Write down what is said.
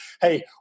hey